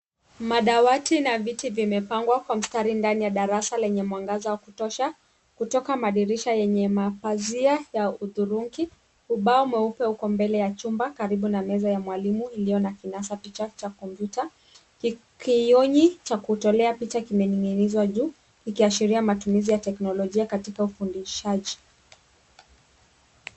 Madawati na viti vimepangwa ndani ya darasa lenye mwangaza wa kutosha madirisha yenye mapazia ya hudhurungi. Ubao mweupe uko mbele ya chumba karibu na meza ya mwalimu iliyo na kinas picha cha kompyuta, kiyonia cha kunasa cha kutolea picha kimening'inizwa juu kikiashiria matumizi ya kiteknolojia katika ufundishaji.